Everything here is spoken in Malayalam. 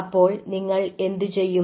അപ്പോൾ നിങ്ങൾ എന്തു ചെയ്യും